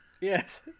Yes